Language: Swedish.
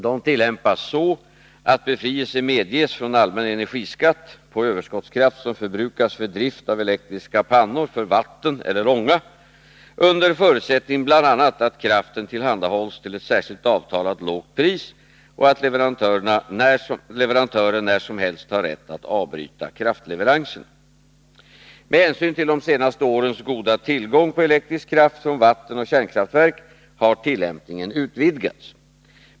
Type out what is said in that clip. De tillämpas så, att befrielse medges från allmän energiskatt på överskottskraft som förbrukas för drift av elektriska pannor för vatten eller ånga under förutsättning bl.a. att kraften tillhandahålls till ett särskilt avtalat lågt pris och att leverantören när som helst har rätt att avbryta kraftleveranserna. Med hänsyn till de senaste årens goda tillgång på elektrisk kraft från vattenoch kärnkraftverk har tillämpningen utvidgats.